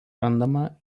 randama